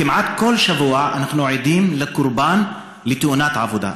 כמעט כל שבוע אנחנו עדים לקורבן לתאונת עבודה.